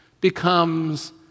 becomes